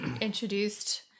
introduced